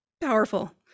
powerful